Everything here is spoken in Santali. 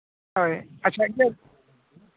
ᱦᱳᱭ ᱟᱪᱪᱷᱟ ᱤᱭᱟᱹ